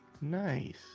Nice